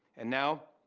and now,